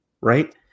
right